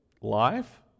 life